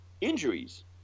injuries